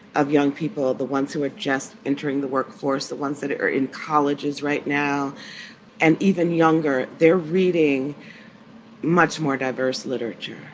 young people, the ones who are just entering the workforce, the ones that are in colleges right now and even younger, they're reading much more diverse literature.